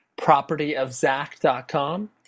propertyofzach.com